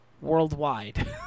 worldwide